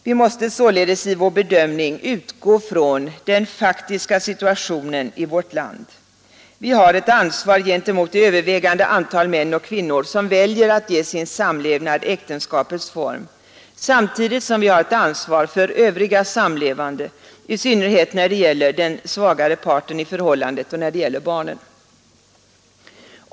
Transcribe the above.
Vi måste således i vår bedömning utgå från den faktiska situationen i vårt land. Vi har ett ansvar gentemot det övervägande antal män och kvinnor som väljer att ge sin samlevnad äktenskapets form, samtidigt som vi har ett ansvar för övriga samlevande, i synnerhet när det gäller den svagare parten i förhållandet och när det gäller barnen.